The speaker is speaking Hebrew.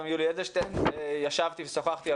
גם עם יולי אדלשטיין ישבתי ושוחחתי,